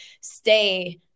stay